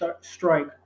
strike